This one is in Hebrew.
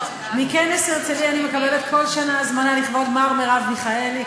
מכנס הרצליה אני מקבלת כל שנה הזמנה: לכבוד מר מרב מיכאלי.